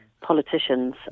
politicians